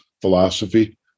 philosophy